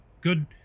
good